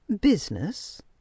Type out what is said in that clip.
business